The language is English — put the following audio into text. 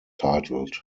titled